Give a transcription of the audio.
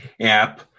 app